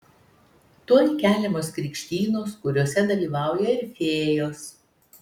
tuoj keliamos krikštynos kuriose dalyvauja ir fėjos